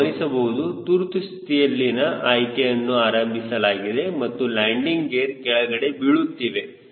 ನೀವು ಗಮನಿಸಬಹುದು ತುರ್ತುಸ್ಥಿತಿಯಲ್ಲಿನ ಆಯ್ಕೆಯನ್ನು ಆರಂಭಿಸಲಾಗಿದೆ ಮತ್ತು ಲ್ಯಾಂಡಿಂಗ್ ಗೇರ್ ಕೆಳಗಡೆ ಬೀಳುತ್ತಿವೆ